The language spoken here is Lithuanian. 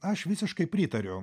aš visiškai pritariu